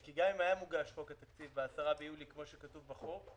גם אם היה מוגש חוק התקציב ב-10 ביולי כמו שכתוב בחוק,